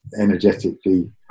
energetically